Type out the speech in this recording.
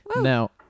Now